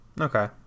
Okay